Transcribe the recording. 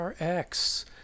Rx